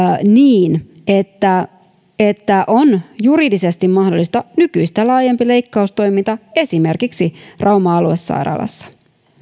niin että että on juridisesti mahdollista nykyistä laajempi leikkaustoiminta esimerkiksi rauman aluesairaalassa